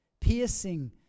piercing